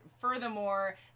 Furthermore